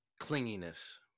Clinginess